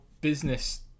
business